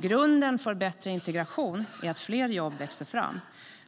Grunden för bättre integration är att fler jobb växer fram.